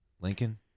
Lincoln